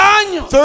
años